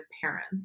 parents